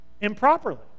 improperly